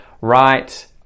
right